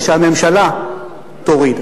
ושהממשלה תוריד.